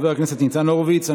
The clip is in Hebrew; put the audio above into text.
תודה רבה לחבר הכנסת ניצן הורוביץ.